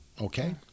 Okay